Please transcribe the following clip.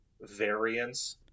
variance